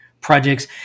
projects